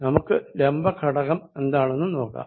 നമുക്ക് ലംബ ഘടകം എന്താണെന്ന് നോക്കാം